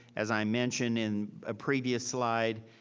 as i mentioned in a previous slide,